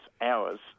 hours